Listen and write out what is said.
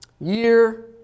year